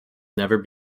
never